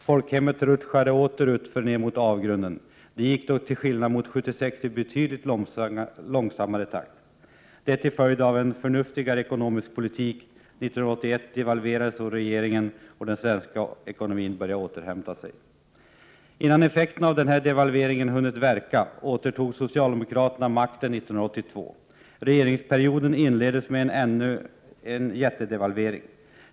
Folkhemmet rutschade åter utför — ned mot avgrunden, Det gick dock i en jämfört med 1976 betydligt långsammare takt — detta till följd av en förnuftigare ekonomisk politik. År 1981 devalverade så regeringen åter, och den svenska ekonomin började återhämta sig. Innan effekterna av denna devalvering hunnit verka återtog socialdemokraterna makten 1982. Regeringsperioden inleddes med en jättedevalvering.